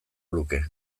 luke